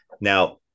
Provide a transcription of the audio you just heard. Now